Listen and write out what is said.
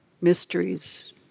mysteries